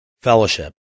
fellowship